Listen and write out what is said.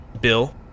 Bill